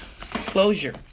closure